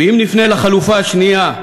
ואם נפנה לחלופה השנייה,